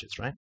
right